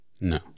No